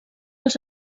els